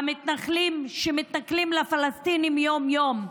המתנחלים שמתנכלים לפלסטינים יום-יום,